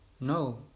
No